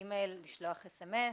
אי מייל לשלוח אס אם אס.